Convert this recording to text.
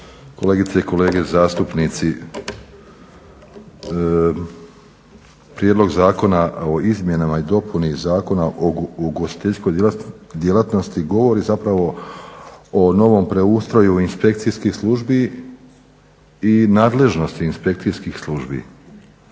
kolegice i kolege zastupnici. Prijedlog zakona o izmjenama i dopunama Zakona o ugostiteljskoj djelatnosti govori zapravo o novom preustroju inspekcijskih službi i nadležnosti inspekcijskih službi.